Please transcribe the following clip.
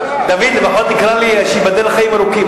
דוד, לפחות תקרא לי, שייבדל לחיים ארוכים.